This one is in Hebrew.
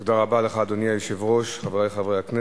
תודה רבה, כבוד השר, חברי חברי הכנסת,